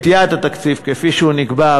יעד התקציב כפי שהוא נקבע,